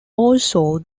also